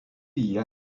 jie